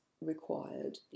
required